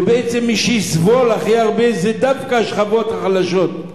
בעצם מי שהכי יסבול זה דווקא השכבות החלשות.